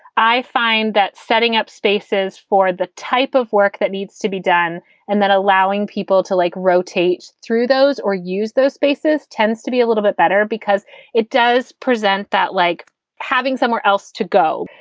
i find that setting up spaces for the type of work that needs to be done and then allowing people to like rotate through those or use those spaces tends to be a little bit better because it does present that like having somewhere else to go.